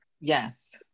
Yes